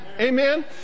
Amen